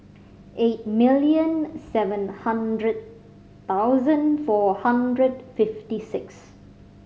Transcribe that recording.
eight million seven hundred thousand four hundred fifty six